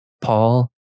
Paul